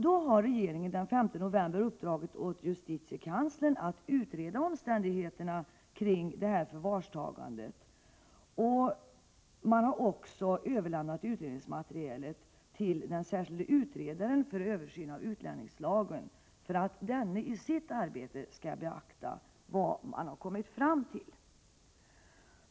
Regeringen har den 5 november i år uppdragit åt justitiekanslern att utreda omständigheterna kring detta förvarstagande, och man har också överlämnat utredningsmaterialet till den särskilde utredaren, som gör en översyn av utlänningslagen, för att denne i sitt arbete skall beakta vad man har kommit fram till.